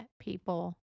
people